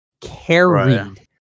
Carried